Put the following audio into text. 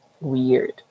weird